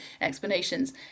explanations